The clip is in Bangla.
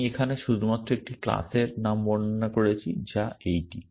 আমি এখানে শুধুমাত্র একটি ক্লাসের নাম বর্ণনা করেছি যা এইটি